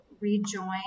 rejoin